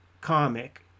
comic